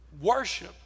worship